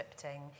scripting